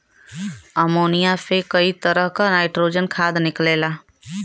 ammonia से कई तरह क नाइट्रोजन खाद निकलेला